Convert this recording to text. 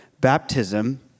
baptism